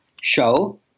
show